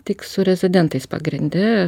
tik su rezidentais pagrinde